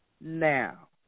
now